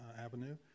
avenue